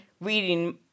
reading